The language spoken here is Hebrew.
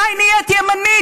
מתי נהיית ימנית?